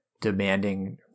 demanding